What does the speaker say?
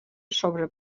sobre